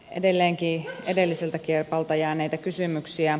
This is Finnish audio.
edelleenkin edelliseltä kiekalta jääneitä kysymyksiä